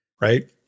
right